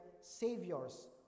saviors